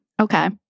Okay